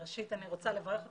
ראשית, אני רוצה לברך אותך.